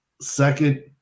second –